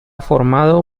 formado